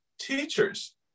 teachers